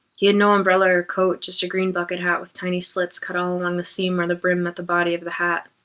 he had no umbrella or coat, just a green bucket hat with tiny slits cut all along the seam where the brim met the body of the hat.